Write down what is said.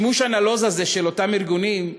השימוש הנלוז הזה של אותם ארגונים,